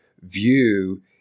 view